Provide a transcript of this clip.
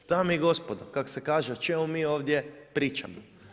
Dame i gospodo, kak se kaže o čemu mi ovdje pričamo.